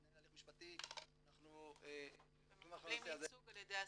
מתנהל הליך משפטי ואנחנו --- הם מקבלים ייצוג על ידי הסיוע.